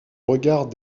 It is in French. regard